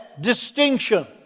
Distinction